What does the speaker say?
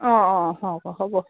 অঁ অঁ হ'ব হ'ব